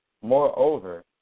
Moreover